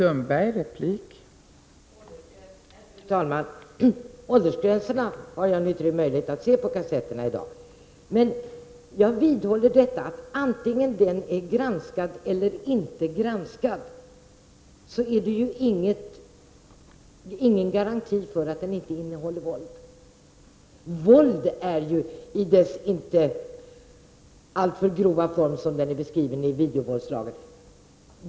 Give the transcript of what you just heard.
Fru talman! Åldersgränserna har Jan Hyttring möjlighet att se på kassetterna redan i dag. Jag vidhåller dock att oavsett om filmen är granskad eller inte så är det ingen garanti för att den inte innehåller våld. Det är inte olagligt att visa våld som inte är av alltför grov form, som beskrivs i videovåldslagen.